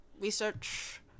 Research